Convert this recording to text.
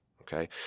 okay